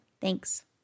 Thanks